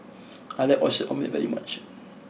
I like Oyster Omelette very much